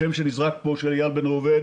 השם שנזרק פה של איל בן ראובן